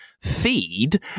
feed